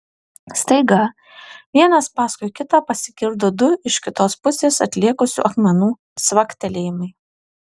staiga vienas paskui kitą pasigirdo du iš kitos pusės atlėkusių akmenų cvaktelėjimai